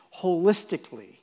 holistically